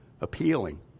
appealing